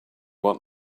want